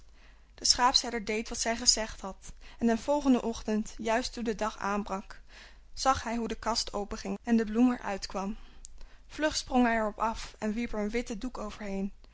de schaapherder deed wat zij gezegd had en den volgenden ochtend juist toen de dag aanbrak zag hij hoe de kast openging en de bloem er uit kwam vlug sprong hij er op af en wierp er een witte doek